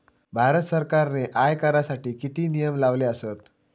भारत सरकारने आयकरासाठी किती नियम लावले आसत?